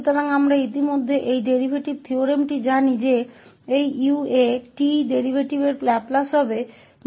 तो हम पहले से ही इस डेरीवेटिव प्रमेय को जानते हैं कि इस ua के डेरीवेटिव का लाप्लास uasLuaहोगा